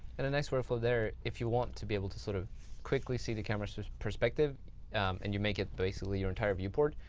and a nice workflow there, if you want to be able to sort of quickly see the camera's perspective and you make it basically your entire viewport,